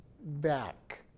back